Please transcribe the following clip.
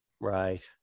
Right